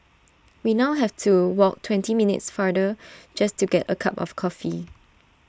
we now have to walk twenty minutes farther just to get A cup of coffee